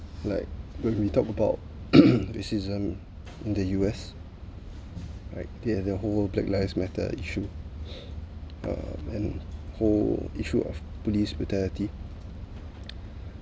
like when we talk about racism in the U_S like they have their whole black lives matter issue uh and whole issue of police brutality